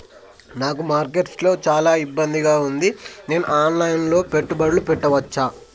నాకు మార్కెట్స్ లో చాలా ఇబ్బందిగా ఉంది, నేను ఆన్ లైన్ లో పెట్టుబడులు పెట్టవచ్చా?